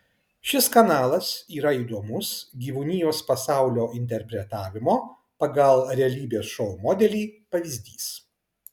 šis kanalas yra įdomus gyvūnijos pasaulio interpretavimo pagal realybės šou modelį pavyzdys